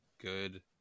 good